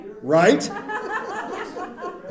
Right